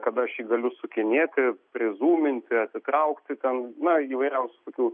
kad aš jį galiu sukinėti prizūminti atitraukti ten na įvairiausių tokių